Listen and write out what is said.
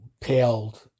paled